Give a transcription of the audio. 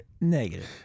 Negative